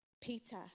Peter